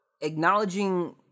acknowledging